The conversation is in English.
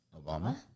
Obama